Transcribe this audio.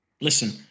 listen